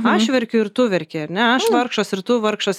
aš verkiu ir tu verki ar ne aš vargšas ir tu vargšas